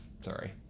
Sorry